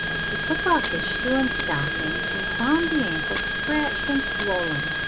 she took off his shoe and stocking and found the ankle scratched and swollen,